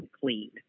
cleaned